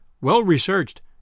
well-researched